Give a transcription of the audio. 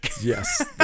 yes